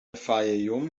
fayoum